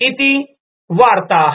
इति वार्ता